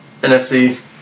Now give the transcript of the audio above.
NFC